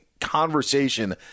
conversation